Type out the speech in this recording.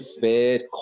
fed